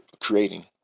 creating